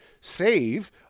save